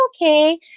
okay